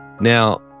Now